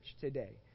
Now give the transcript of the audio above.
today